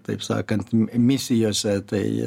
taip sakant misijose tai